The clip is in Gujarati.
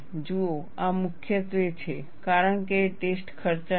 જુઓ આ મુખ્યત્વે છે કારણ કે ટેસ્ટ ખર્ચાળ છે